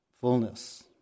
fullness